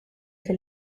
che